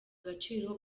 agaciro